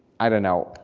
i don't know,